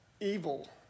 evil